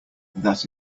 that